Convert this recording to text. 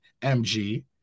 MG